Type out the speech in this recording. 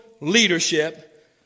leadership